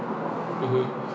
mmhmm